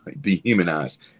dehumanized